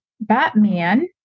Batman